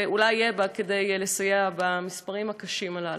ואולי יהיה בה כדי לסייע, במספרים הקשים הללו.